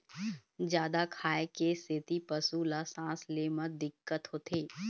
जादा खाए के सेती पशु ल सांस ले म दिक्कत होथे